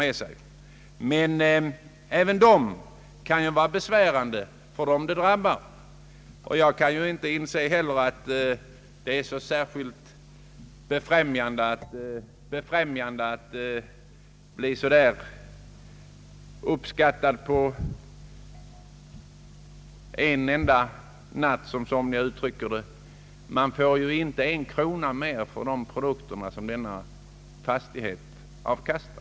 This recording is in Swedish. Men naturligtvis kan även skattekonsekvenserna vara besvärande för dem som drabbas, och jag kan inte inse att det är så särskilt befrämjande att bli högt uppskattad över en enda natt, som somliga uttrycker det. Man får ju inte en krona mer för de produkter som fastigheten avkastar.